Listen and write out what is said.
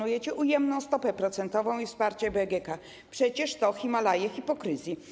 Ujemną stopę procentową i wsparcie BGK - przecież to Himalaje hipokryzji.